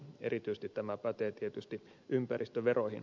erityisesti tämä pätee tietysti ympäristöveroihin